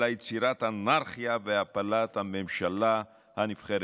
אלא יצירת אנרכיה והפלת הממשלה הנבחרת.